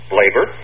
labor